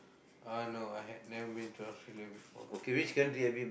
uh no I had never been to Australia before